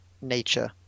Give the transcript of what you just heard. nature